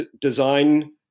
design